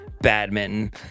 Badminton